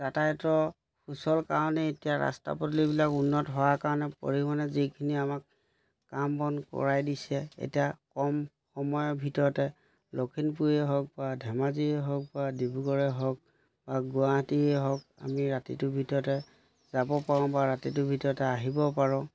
যাতায়তৰ সুচল কাৰণে এতিয়া ৰাস্তা পদূলিবিলাক উন্নত হোৱাৰ কাৰণে পৰিবহণে যিখিনি আমাক কাম বন কৰাই দিছে এতিয়া কম সময়ৰ ভিতৰতে লখিমপুৰীয়ে হওক বা ধেমাজিয়েই হওক বা ডিব্ৰুগড়ে হওক বা গুৱাহাটীয়ে হওক আমি ৰাতিটোৰ ভিতৰতে যাব পাৰোঁ বা ৰাতিটোৰ ভিতৰতে আহিব পাৰোঁ